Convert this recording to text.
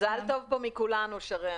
מזל טוב מכולנו פה, שרן.